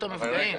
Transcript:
למפגעים.